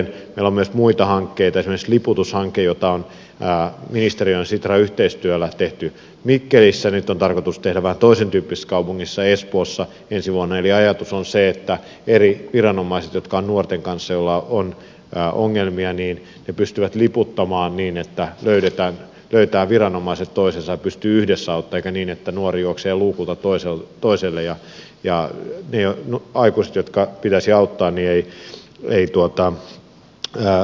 meillä on myös muita hankkeita esimerkiksi liputus hanke jota on ministeriön ja sitran yhteistyöllä tehty mikkelissä ja nyt on tarkoitus tehdä vähän toisentyyppisessä kaupungissa espoossa ensi vuonna eli ajatus on se että eri viranomaiset jotka ovat nuorten kanssa joilla on ongelmia pystyvät liputtamaan niin että viranomaiset löytävät toisensa ja pystyvät yhdessä auttamaan eikä niin että nuori juoksee luukulta toiselle ja ne aikuiset joiden pitäisi auttaa eivät löydä toisiaan